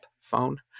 phone